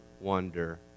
wonder